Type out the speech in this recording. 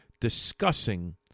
discussing